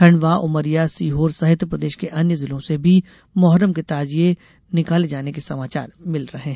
खंडवाउमरियासीहोर सहित प्रदेश के अन्य जिलों से भी मोहर्रम के ताजिये निकाले जाने के समाचार मिल रहे है